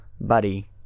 buddy